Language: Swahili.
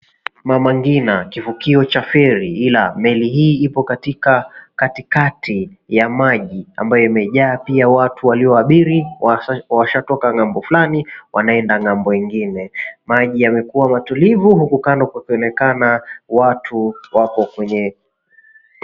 Mama ngina , kivukio cha feri ila meli hii ipo katikati ya maji ambayo imejaa pia watu walioabiri washatoka ng'ambo flani wanaenda ng'ambo ingine . Maji yamekuwa matulivu huku kando kukionekana watu wapo kwenye.